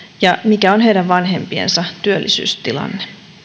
ja mikä on heidän vanhempiensa työllisyystilanne